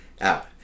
out